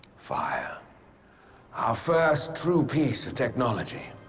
fire our first true piece of technology